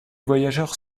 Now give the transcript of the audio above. voyageurs